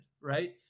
right